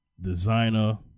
designer